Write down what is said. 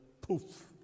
poof